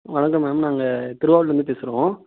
வணக்கம் மேம் நாங்கள் திருவாரூர்லேருந்து பேசுகிறோம்